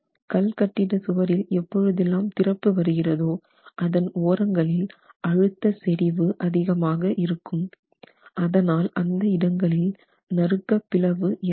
கல்கட்டிட சுவரில் எப்பொழுதெல்லாம் திறப்பு வருகிறதோ அதன் ஓரங்களில் அழுத்த செறிவு அதிகமாக இருக்கும் அதனால் அந்த இடங்களில் நறுக்க பிளவு ஏற்படும்